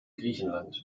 griechenland